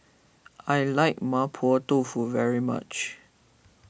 I like Mapo Tofu very much